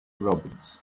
robins